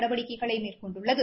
நடவடிக்கைகள் மேற்கொண்டுள்ளது